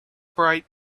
bright